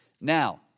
Now